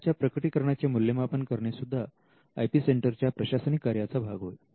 शोधाच्या प्रकटीकरणा चे मूल्यमापन करणे सुद्धा आय पी सेंटरच्या प्रशासनिक कार्याचा भाग होय